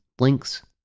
Links